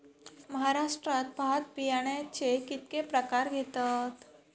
महाराष्ट्रात भात बियाण्याचे कीतके प्रकार घेतत?